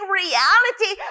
reality